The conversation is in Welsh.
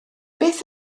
beth